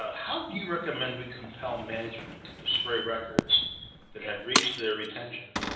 ah how do you recommend we compel management to display records that have reached their retention?